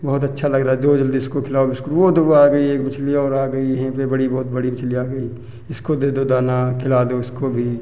बहुत अच्छा लग रहा है दो जल्दी इसको खिलाओ बिस्कुट वो देखो आ गई एक मछली और आ गई यहीं पे बड़ी बहुत बड़ी मछली आ गई है इसको दे दो दाना खिला दो इसको भी